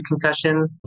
concussion